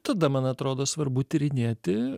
tada man atrodo svarbu tyrinėti